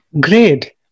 Great